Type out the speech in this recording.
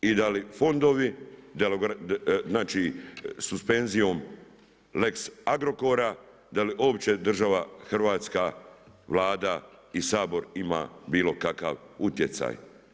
I da li fondovi, znači suspenzijom lex Agrokora, da li uopće država Hrvatska, Vlada i Sabor ima bilo kakav utjecaj.